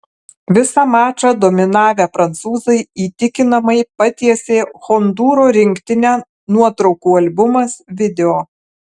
visą mačą dominavę prancūzai įtikinamai patiesė hondūro rinktinę nuotraukų albumas video